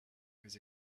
his